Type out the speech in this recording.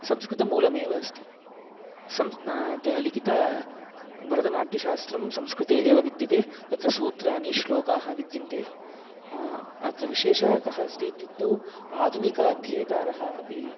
संस्कृतमूलमेव अस्ति सं तेन लिखितभरतनाट्यशास्त्रं संस्कृते एव विद्यते तत्र सूत्राणि श्लोकाः विद्यन्ते अत्र विशेषः कः अस्ति इत्युक्तौ आधुनिक अध्येतारः अपि